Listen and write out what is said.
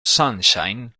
sunshine